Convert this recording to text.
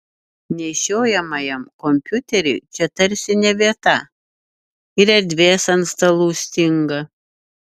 nešiojamajam kompiuteriui čia tarsi ne vieta ir erdvės ant stalų stinga